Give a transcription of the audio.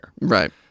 Right